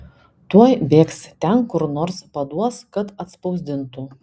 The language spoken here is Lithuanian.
tuoj bėgs ten kur nors paduos kad atspausdintų